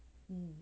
mm